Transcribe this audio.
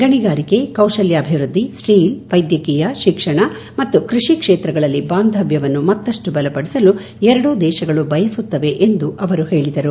ಗಣಿಗಾರಿಕೆ ಕೌಶಲ್ಕಾಭಿವೃದ್ಧಿ ಸ್ಟೀಲ್ ವೈದ್ಯಕೀಯ ಶಿಕ್ಷಣ ಮತ್ತು ಕೃಷಿ ಕ್ಷೇತ್ರಗಳಲ್ಲಿ ಬಾಂಧವ್ಯವನ್ನು ಮತ್ತಪ್ಟು ಬಲಪಡಿಸಲು ಎರಡೂ ದೇಶಗಳು ಬಯಸುತ್ತವೆ ಎಂದು ಅವರು ಹೇಳಿದರು